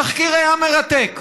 התחקיר היה מרתק,